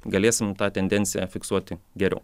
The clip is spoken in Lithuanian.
galėsim tą tendenciją fiksuoti geriau